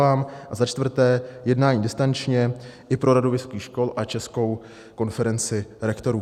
A za čtvrté jednání distančně i pro Radu vysokých škol a Českou konferenci rektorů.